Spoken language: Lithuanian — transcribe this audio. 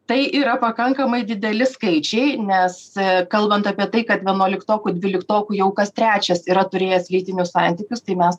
tai yra pakankamai dideli skaičiai nes kalbant apie tai kad vienuoliktokų dvyliktokų jau kas trečias yra turėjęs lytinius santykius tai mes